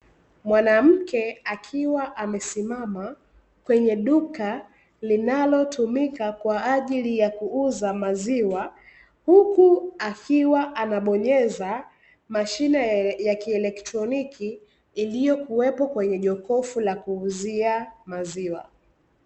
Mwanamke akiwa amesimama kwenye duka linalotumika kwa ajili ya kuuza maziwa, huku akiwa anabonyeza mashine ya kieletroniki, iliyokuwepo kwenye jokofu la kuuzia maziwa.